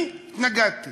אני התנגדתי